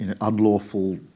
unlawful